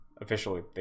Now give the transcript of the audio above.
officially